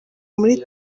muri